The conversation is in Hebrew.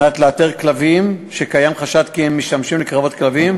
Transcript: על מנת לאתר כלבים שקיים חשד כי הם משמשים לקרבות כלבים.